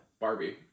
Barbie